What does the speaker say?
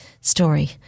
story